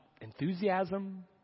enthusiasm